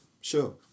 Sure